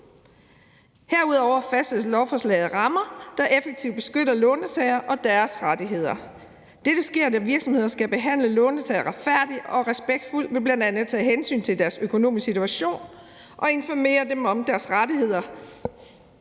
Herudover fastlægger lovforslaget rammer, der effektivt beskytter låntagere og deres rettigheder. Dette sker, når virksomheder skal behandle låntagere retfærdigt og respektfuld ved bl.a. at tage hensyn til deres økonomiske situation og informere dem om deres rettigheder